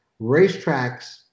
racetracks